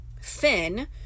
Finn